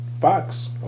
Fox